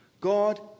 God